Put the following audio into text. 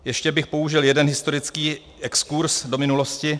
Ještě bych použil jeden historický exkurz do minulosti.